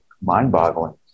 mind-boggling